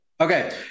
Okay